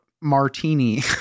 Martini